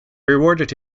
rewarded